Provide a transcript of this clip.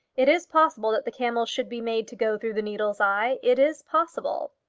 it is possible that the camel should be made to go through the needle's eye. it is possible.